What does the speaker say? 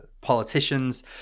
politicians